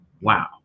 Wow